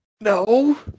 No